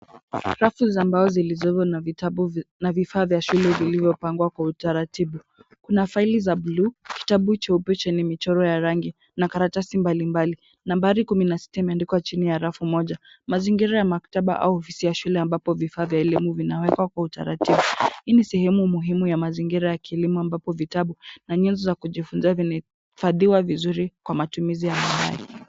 Rafu za mbao zilizo na vifaa vya shule vilivyopangwa kwa utaratibu. Kuna faili za blue ,kitabu cheupe chenye michoro ya rangi na karatasi mbalimbali. Nambari kumi na sita imeandikwa chini ya rafu moja. Mazingira ya maktaba au ofisi ya shule ambapo vifaa vya elimu vinawekwa kwa utaratibu. Hii ni sehemu muhimu ya mazingira ya kilimo ambapo vitabu na nyenzo za kujifunzia zinahifadhiwa vizuri kwa matumizi ya baadae.